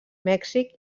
mèxic